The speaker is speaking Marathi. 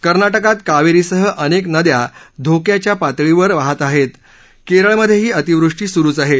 फ़र्नाटकात कावसिसह अनक्री नद्या धोक्याच्या पातळीच्या वर वाहात आहता करळमधही अतिवृष्टी सुरुव आहा